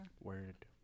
Word